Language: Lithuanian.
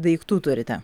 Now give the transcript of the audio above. daiktų turite